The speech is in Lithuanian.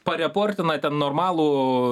pareportina ten normalų